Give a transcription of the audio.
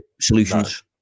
solutions